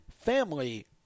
Family